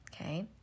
Okay